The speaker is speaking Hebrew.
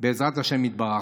בעזרת השם יתברך.